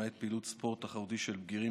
למעט פעילות ספורט תחרותי של בגירים